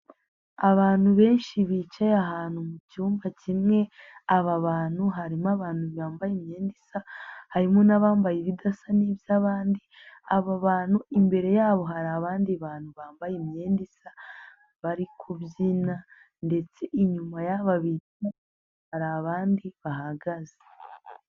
Abantu benshi bicaye ahantu mu cyumba kimwe, aba bantu harimo abantu bambaye imyenda isa, harimo n'abambaye ibidasa n'iby'abandi. Aba bantu imbere yabo hari abandi bantu bambaye imyenda isa bari kubyina ndetse inyuma abandi bahagaze.